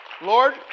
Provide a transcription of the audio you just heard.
Lord